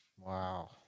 Wow